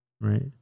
right